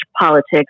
politics